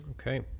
okay